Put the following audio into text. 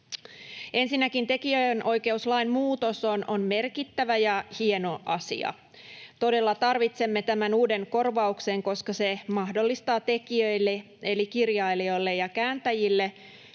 Ensinnäkin tekijänoikeuslain muutos on merkittävä ja hieno asia. Todella tarvitsemme tämän uuden korvauksen, koska se mahdollistaa tekijöille eli kirjailijoille ja kääntäjille